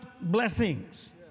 blessings